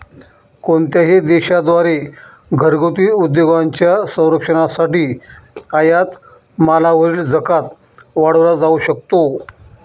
कोणत्याही देशा द्वारे घरगुती उद्योगांच्या संरक्षणासाठी आयात मालावरील जकात वाढवला जाऊ शकतो